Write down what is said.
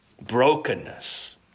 brokenness